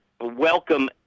welcome